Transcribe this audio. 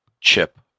chip